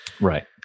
Right